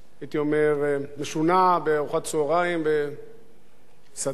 בארוחת צהריים במסעדה בכפר-סבא ביום שישי האחרון.